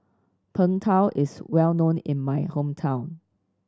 Png Tao is well known in my hometown